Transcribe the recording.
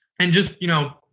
and just, you know,